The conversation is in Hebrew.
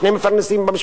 שני מפרנסים במשפחה.